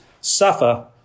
suffer